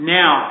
now